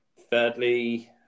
Thirdly